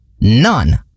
None